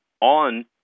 on